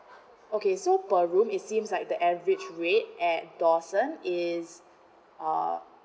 okay so per room it seems like the average rate at dawson is uh